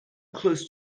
close